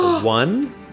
One